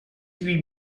huit